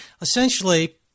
essentially